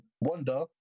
Wonder